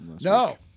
No